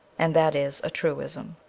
and that is a truism.